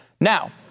Now